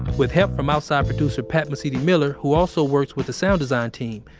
with help from outside producer pat mesiti-miller who also works with the sound design team.